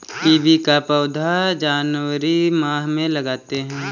kiwi का पौधा जनवरी माह में लगाते हैं